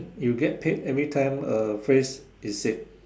you get paid everytime a phrase is said